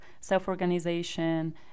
self-organization